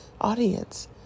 audience